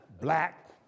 Black